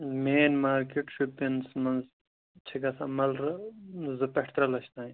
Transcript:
main طٕاینظ market شُپیَنَس مَنٛز چھِ گَژھان مَرلہٕ زٕ پیٚٹھ ترٛےٚ لَچھ تام